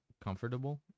Comfortable